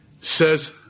says